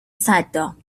صدام